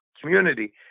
community